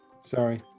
Sorry